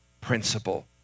principle